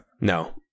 No